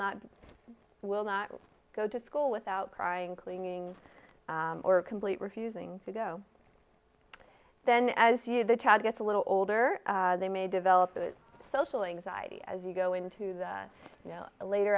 not will not go to school without crying cleaning or complete refusing to go then as you the child gets a little older they may develop a social anxiety as you go into the later